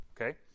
okay